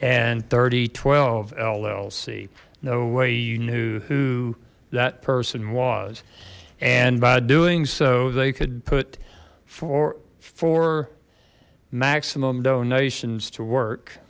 and thirty twelve llc no way you knew that person was and by doing so they could put four for maximum donations to work